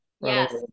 yes